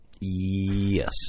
Yes